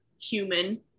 human